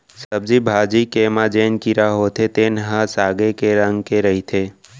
सब्जी भाजी के म जेन कीरा होथे तेन ह सागे के रंग के रहिथे